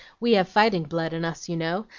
we have fighting blood in us, you know,